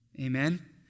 Amen